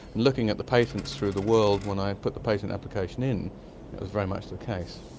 looking at the patents through the world when i put the patent application in, it was very much the case.